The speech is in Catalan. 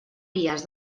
vies